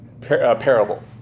parable